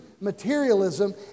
materialism